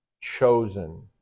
chosen